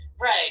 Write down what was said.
Right